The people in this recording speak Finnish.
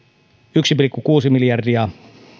yksi pilkku kuusi miljardia